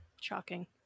Shocking